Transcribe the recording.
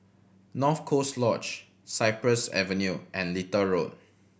North Coast Lodge Cypress Avenue and Little Road